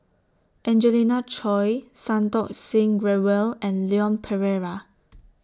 Angelina Choy Santokh Singh Grewal and Leon Perera